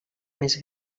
més